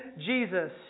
Jesus